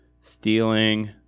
stealing